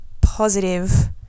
positive